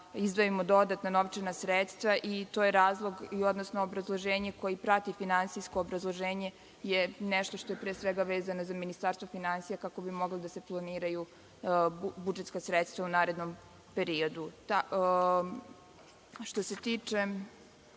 izdvojimo dodatna novčana sredstva. To je obrazloženje koje prati finansijsko obrazloženje koje je pre svega vezano za Ministarstvo finansija kako bi mogla da se formiraju budžetska sredstva u narednom periodu. Što se tiče